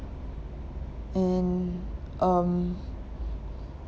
and um